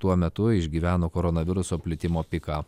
tuo metu išgyveno koronaviruso plitimo piką